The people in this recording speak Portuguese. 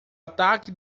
ataque